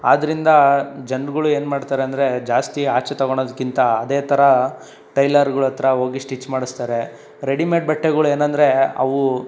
ಆದ್ದರಿಂದ ಜನಗಳು ಏನು ಮಾಡ್ತಾರಂದ್ರೆ ಜಾಸ್ತಿ ಆಚೆ ತಗೋಳೋದ್ಕಿಂತ ಅದೇ ಥರ ಟೈಲರ್ಗಳ ಹತ್ತಿರ ಹೋಗಿ ಸ್ಟಿಚ್ ಮಾಡಿಸ್ತಾರೆ ರೆಡಿಮೇಡ್ ಬಟ್ಟೆಗುಳೇನಂದ್ರೆ ಅವು